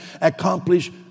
accomplish